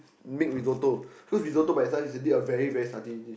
make Risotto so Risotto by itself is indeed a very very starchy already